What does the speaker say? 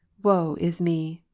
woe is me!